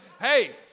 Hey